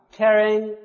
carrying